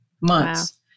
months